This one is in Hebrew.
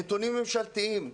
נתונים ממשלתיים,